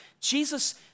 Jesus